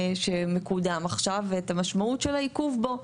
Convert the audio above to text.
שמקודם עכשיו ואת המשמעויות של העיכוב בו.